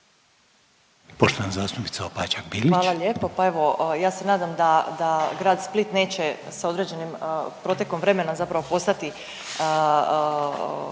Bilić, Marina (Nezavisni)** Hvala lijepo. Pa evo ja se nadam da grad Split neće sa određenim protekom vremena zapravo postati